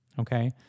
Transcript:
Okay